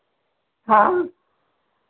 हाँ